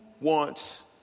wants